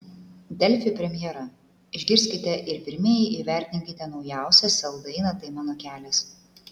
delfi premjera išgirskite ir pirmieji įvertinkite naujausią sel dainą tai mano kelias